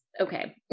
okay